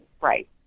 right